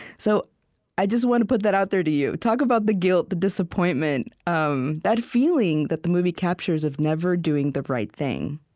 so i want to put that out there to you. talk about the guilt, the disappointment, um that feeling that the movie captures of never doing the right thing